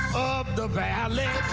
the valley.